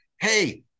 hey